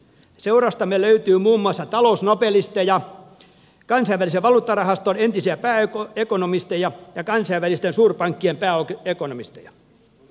seurastamme löytyy muun muassa talousnobelisteja kansainvälisen valuuttarahaston entisiä pääekonomisteja ja kansainvälisten suurpankkien pääekonomisteja